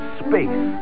space